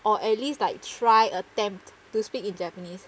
or at least like try attempt to speak in japanese